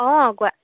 অঁ কোৱা